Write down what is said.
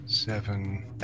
Seven